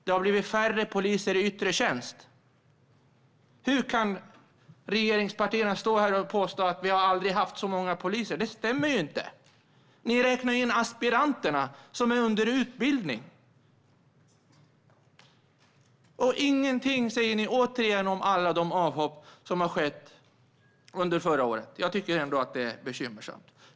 Det har blivit färre poliser i yttre tjänst. Hur kan regeringspartierna stå här och påstå att vi aldrig har haft så många poliser? Det stämmer inte. Ni räknar in aspiranterna, som är under utbildning. Ingenting säger ni om alla de avhopp som har skett under förra året. Jag tycker att det är bekymmersamt.